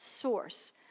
source